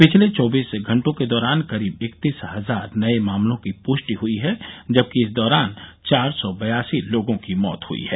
पिछले चौबीस घंटों के दौरान करीब इकतीस हजार नए मामलों की पृष्टि हई है जबकि इस दौरान चार सौ बयासी लोगों की मौत हई है